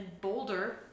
Boulder